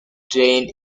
trained